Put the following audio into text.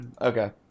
Okay